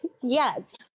yes